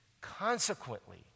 Consequently